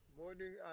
Morning